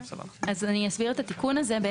אני מסבירה את כל התיקון,